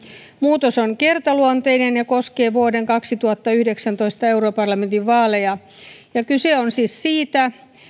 muutos on kertaluonteinen ja koskee vuoden kaksituhattayhdeksäntoista europarlamentin vaaleja kyse on siis siitä